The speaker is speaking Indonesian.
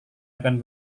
akan